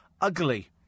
ugly